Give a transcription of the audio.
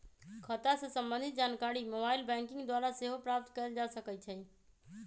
खता से संबंधित जानकारी मोबाइल बैंकिंग द्वारा सेहो प्राप्त कएल जा सकइ छै